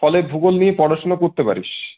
ফলে ভূগোল নিয়ে পড়াশোনা করতে পারিস